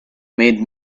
made